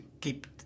keep